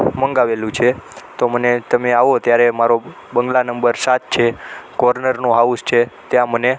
મંગાવેલું છે તો મને તમે આવો ત્યારે મારો બંગલા નંબર સાત છે કોર્નરનું હાઉસ છે ત્યાં મને